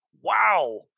Wow